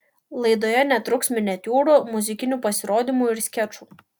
laidoje netruks miniatiūrų muzikinių pasirodymų ir skečų